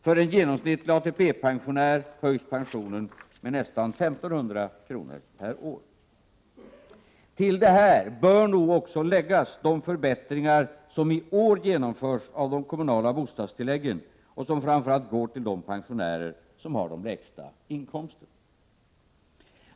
För en genomsnittlig ATP-pensionär höjs pensionen med nästan 1 500 kr. per år. Till detta bör läggas de förbättringar som i år genomförs av de kommunala bostadstilläggen och som framför allt går till de pensionärer som har de lägsta inkomsterna.